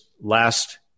last